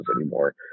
anymore